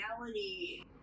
reality-